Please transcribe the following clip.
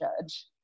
judge